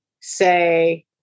say